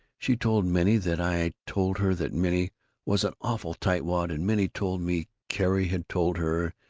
she told minnie that i told her that minnie was an awful tightwad, and minnie told me carrie had told her,